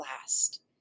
last